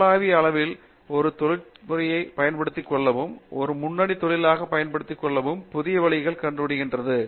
உலகளாவிய அரினாவில் ஒரு தொழிற்துறையைப் பயன்படுத்திக் கொள்ளவும் ஒரு முன்னணி தொழிலாக பயன்படுத்திக்கொள்ளவும் புதிய வழிவகைகளை கொண்டு வருகிறது